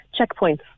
checkpoints